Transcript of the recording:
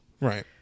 right